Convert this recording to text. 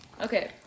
Okay